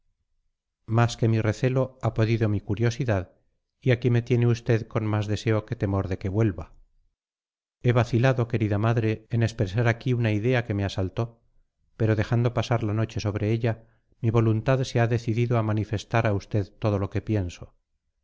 más que mi recelo ha podido mi curiosidad y aquí me tiene usted con más deseo que temor de que vuelva he vacilado querida madre en expresar aquí una idea que me asaltó pero dejando pasar la noche sobre ella mi voluntad se ha decidido a manifestar a usted todo lo que pienso